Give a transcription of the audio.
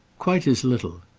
quite as little.